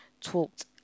talked